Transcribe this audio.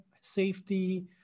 safety